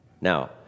Now